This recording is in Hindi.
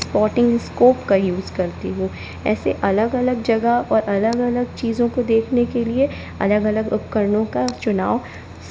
स्पॉटिंग स्कोप का यूज़ करती हूँ ऐसे अलग अलग जगह और अलग अलग चीज़ों को देखने के लिए अलग अलग उपकरणों का चुनाव